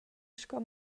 sco